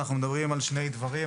אנחנו מדברים על שני דברים,